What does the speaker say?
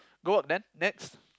good work then next